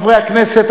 חברי הכנסת,